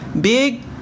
big